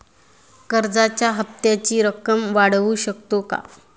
कर्जाच्या हप्त्याची रक्कम वाढवू शकतो का?